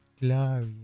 Glorious